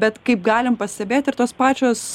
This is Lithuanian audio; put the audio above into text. bet kaip galim pastebėt ir tos pačios